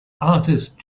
artist